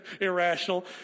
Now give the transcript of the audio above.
Irrational